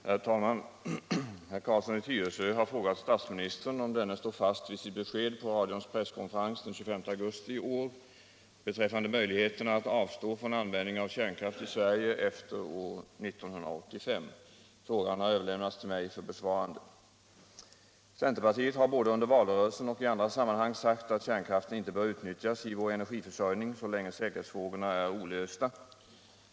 Herr talman! Herr Carlsson i Tyresö har frågat statsministern om denne står fast vid sitt besked på radions presskonferens den 25 augusti i år beträffande möjligheterna att avstå från användning av kärnkraft i Sverige efter år 1985. Frågan har överlämnats till mig för besvarande. Centerpartiet har både under valrörelsen och i andra sammanhang sagt att kärnkraften inte bör utnyttjas i vår energiförsörjning så länge säkerhetsfrågorna är olösta.